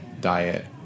diet